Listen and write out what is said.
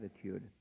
attitude